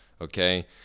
Okay